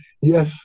Yes